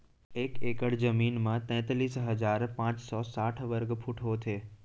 एक एकड़ जमीन मा तैतलीस हजार पाँच सौ साठ वर्ग फुट होथे